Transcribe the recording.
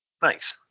Thanks